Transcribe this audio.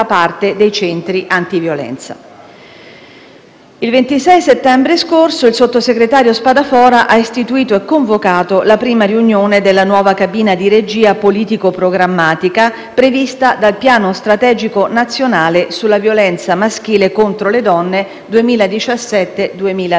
Il 26 settembre scorso il sottosegretario Spadafora ha istituito e convocato la prima riunione della nuova cabina di regia politico-programmatica prevista dal piano strategico nazionale sulla violenza maschile contro le donne 2017-2020 al fine di dare concreta attuazione al piano